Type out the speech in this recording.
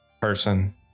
person